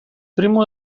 primo